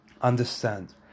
understand